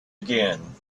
again